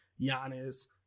Giannis